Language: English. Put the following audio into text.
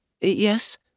Yes